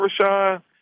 Rashawn